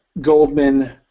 Goldman